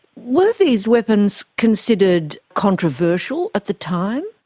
were these weapons considered controversial at the time?